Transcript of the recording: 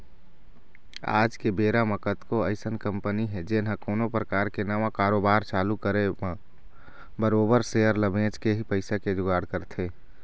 आज के बेरा म कतको अइसन कंपनी हे जेन ह कोनो परकार के नवा कारोबार चालू करे म बरोबर सेयर ल बेंच के ही पइसा के जुगाड़ करथे